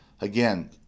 again